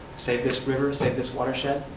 save this river, save this watershed,